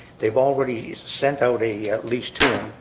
they've already sent out a lease to him.